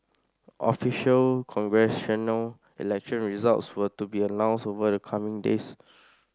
official congressional election results were to be announced over the coming days